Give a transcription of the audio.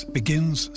begins